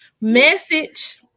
Message